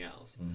else